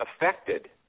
affected